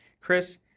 Chris